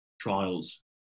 trials